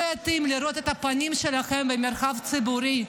יתאים לראות את הפנים שלכן במרחב ציבורי,